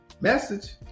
Message